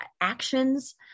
actions